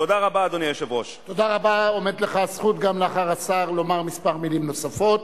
תודה רבה, אדוני היושב-ראש.